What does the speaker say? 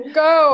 go